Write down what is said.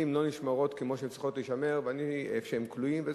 לא נשמרות כמו שהן צריכות להישמר במקומות שהם כלואים.